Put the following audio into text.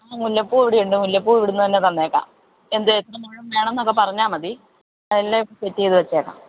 മുല്ലപ്പൂ ഇവിടെയുണ്ട് മുല്ലപ്പൂ ഇവിടെ നിന്ന് തന്നെ തന്നേക്കാം എന്തേ എത്രമുഴം വേണമെന്നൊക്കെ പറഞ്ഞാൽ മതി എല്ലാം സെറ്റ് ചെയ്തു വച്ചേക്കാം